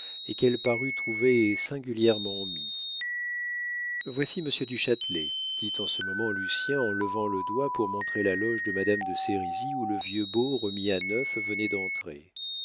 et qu'elle parut trouver singulièrement mis voici monsieur du châtelet dit en ce moment lucien en levant le doigt pour montrer la loge de madame de sérizy où le vieux beau remis à neuf venait d'entrer